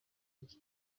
iki